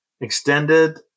extended